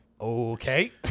okay